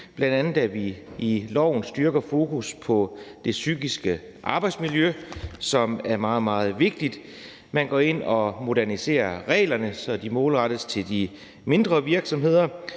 positivt, at vi i loven bl.a. styrker fokus på det psykiske arbejdsmiljø, som er meget, meget vigtigt. Man går ind og moderniserer reglerne, så de målrettes til de mindre virksomheder,